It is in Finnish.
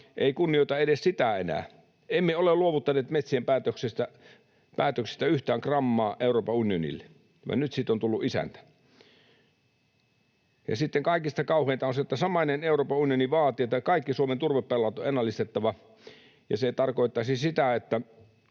ei kunnioita edes sitä enää. Emme ole luovuttaneet metsien päätöksistä yhtään grammaa Euroopan unionille, ja nyt siitä on tullut isäntä. Ja sitten kaikista kauheinta on se, että samainen Euroopan unioni vaatii, että kaikki Suomen turvepellot on ennallistettava, ja se tarkoittaisi sitä, että